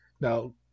now